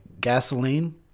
gasoline